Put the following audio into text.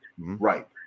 Right